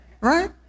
Right